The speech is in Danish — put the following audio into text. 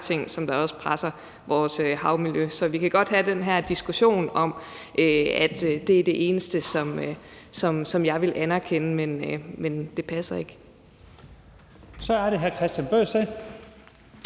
ting, som også presser vores havmiljø. Vi kan godt have den her diskussion om, at det er det eneste, som jeg vil anerkende, men det passer ikke. Kl. 12:51 Første